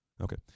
Okay